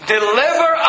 Deliver